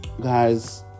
guys